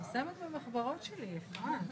פגישה עם כבאות ובריאות ושלשום עם הגנת הסביבה ומשטרה.